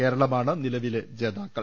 കേരളമാണ് നിലവിലെ ജേതാക്കൾ